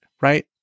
Right